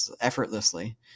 effortlessly